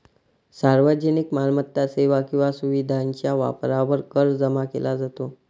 सार्वजनिक मालमत्ता, सेवा किंवा सुविधेच्या वापरावर कर जमा केला जातो